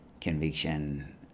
conviction